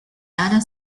other